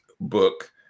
book